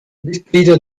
mitglieder